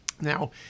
Now